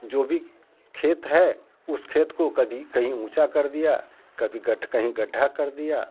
जो भी खेत हैं उस खेत को कभी कहीं ऊँचा कर दिया कभी गढ़ा कहीं गड्ढा कर दिया